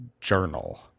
journal